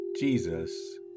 Jesus